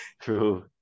true